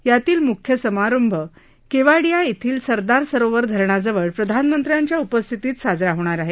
यातील मुख्य समारोह केवाडिया येथील सरदार सरोवर धरणाजवळ प्रधानमंत्र्यांच्या उपस्थितीत साजरा होणार आहे